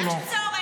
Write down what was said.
יש צורך.